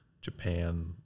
Japan